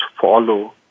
follow